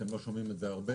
ואתם לא שומעים את זה הרבה.